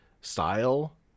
style